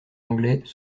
anglais